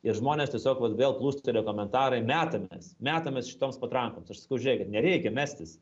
ir žmonės tiesiog vėl plūstelėjo komentarai metamės metamės šitoms patrankoms aš sakau žiūrėkit nereikia mestis